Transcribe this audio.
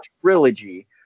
trilogy